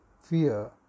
fear